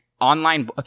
online